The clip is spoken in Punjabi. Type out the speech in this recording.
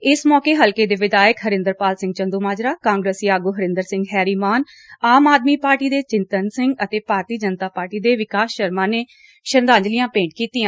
ਏਸ ਮੌਕੇ ਹਲਕੇ ਦੇ ਵਿਧਾਇਕ ਹਰਿੰਦਰ ਪਾਲ ਸਿੰਘ ਚੰਦੁਮਾਜਰਾ ਕਾਂਗਰਸੀ ਆਗੁ ਹਰਿੰਦਰ ਸਿੰਘ ਹੈਰੀਮਾਨ ਆਮ ਆਦਮੀ ਪਾਰਟੀ ਦੇ ਚਿਤੰਨ ਸਿੰਘ ਅਤੇ ਭਾਰਤੀ ਜਨਤਾ ਪਾਰਟੀ ਦੇ ਵਿਕਾਸ ਸ਼ਰਮਾ ਨੇ ਸ਼ਰਧਾਂਜਲੀਆਂ ਭੇਂਟ ਕੀਤੀਆਂ